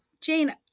Jane